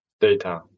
data